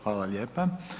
Hvala lijepa.